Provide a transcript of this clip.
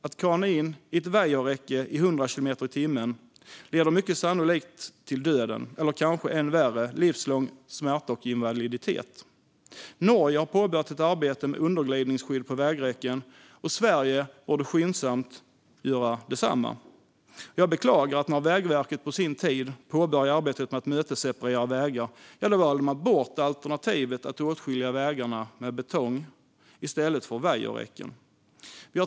Att kana in i ett vajerräcke i 100 kilometer i timmen leder mycket sannolikt till döden, eller kanske än värre: livslång smärta och invaliditet. Norge har påbörjat ett arbete med underglidningsskydd på vägräcken, och Sverige borde skyndsamt göra detsamma. När Vägverket på sin tid påbörjade arbetet med att mötesseparera vägar valde man bort alternativet att åtskilja vägarna med betong i stället för vajerräcken, vilket jag beklagar.